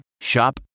Shop